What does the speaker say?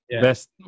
Best